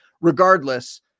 Regardless